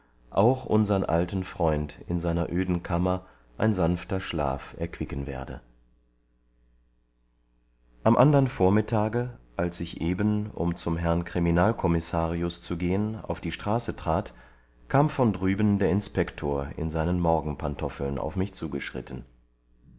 auch unsern alten freund in seiner öden kammer ein sanfter schlaf erquicken werde am andern vormittage als ich eben um zum herrn kriminalkommissarius zu gehen auf die straße trat kam von drüben der inspektor in seinen morgenpantoffeln auf mich zugeschritten